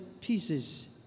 pieces